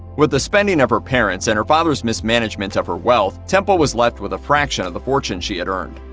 with the spending of her parents and her father's mismanagement of her wealth, temple was left with a fraction of the fortune she had earned.